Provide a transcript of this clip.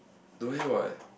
don't have what